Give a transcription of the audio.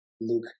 Luke